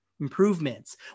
improvements